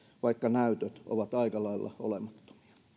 vaikka näytöt ovat aika lailla olemattomia